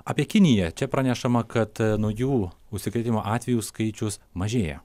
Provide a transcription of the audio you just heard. apie kiniją čia pranešama kad naujų užsikrėtimo atvejų skaičius mažėja